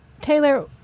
Taylor